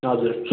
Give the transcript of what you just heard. हजुर